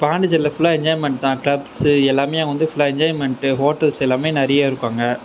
பாண்டிசேரியில ஃபுல்லா என்ஜாய்மென்ட் தான் கிளப்ஸ் எல்லாமே வந்து ஃபுல்லாக என்ஜாய்மென்ட் தான் ஹோட்டல்ஸ் எல்லாமே நிறைய இருக்கும் அங்கே